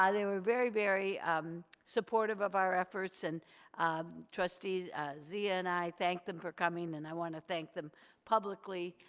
they were very, very um supportive of our efforts. and trustee zia and i thank them for coming. and i want to thank them publicly.